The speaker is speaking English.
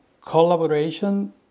Collaboration